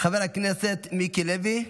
חבר הכנסת מיקי לוי,